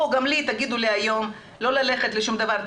גם לי אם תגידו היום לא ללכת לשום דבר,